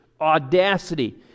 audacity